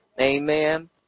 Amen